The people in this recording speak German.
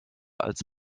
als